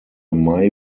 mai